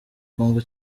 congo